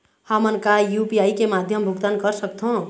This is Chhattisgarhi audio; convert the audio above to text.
हमन का यू.पी.आई के माध्यम भुगतान कर सकथों?